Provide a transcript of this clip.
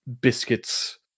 biscuits